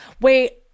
Wait